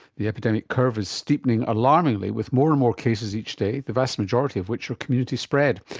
the epidemic curve is steepening alarmingly with more and more cases each day, the vast majority of which are community spread.